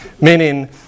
Meaning